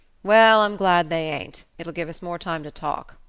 well, i'm glad they ain't it'll give us more time to talk.